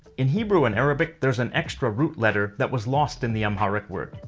in hebrew and arabic, there's an extra root letter that was lost in the amharic word,